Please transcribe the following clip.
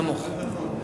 נמוך.